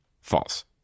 False